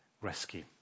rescue